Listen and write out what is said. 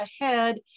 ahead